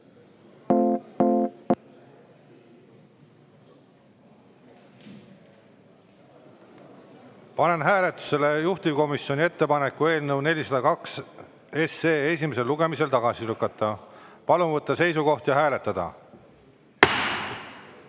Panen hääletusele juhtivkomisjoni ettepaneku eelnõu 402 esimesel lugemisel tagasi lükata. Palun võtta seisukoht ja hääletada!